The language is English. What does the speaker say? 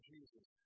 Jesus